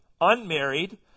unmarried